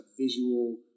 visual